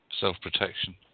Self-protection